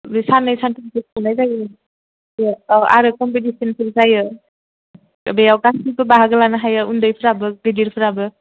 बे सान्नै सानथामसो खुंनाय जायो औ आरो कम्पिटिसनफोर जायो बेयाव गासिबो बाहागो लानो हायो उन्दैफ्राबो गिदिरफ्राबो